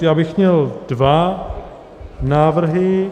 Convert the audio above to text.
Já bych měl dva návrhy.